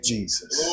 Jesus